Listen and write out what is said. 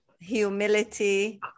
humility